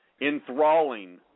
Enthralling